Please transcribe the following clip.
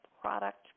product